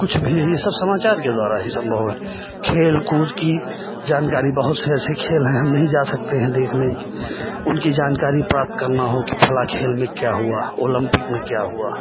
कुछ भी है यह सब समाचार के द्वारा ही सम्भव है खेलकूद की जानकारी बहुत से ऐसे खेल हैं हम नहीं जा सकते हैं देखने उनकी जानकारी प्राप्त करना हो कि फलाँ खेल में क्या हुआ ओलम्पिक में क्या हुआ